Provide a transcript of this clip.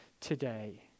today